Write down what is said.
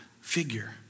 figure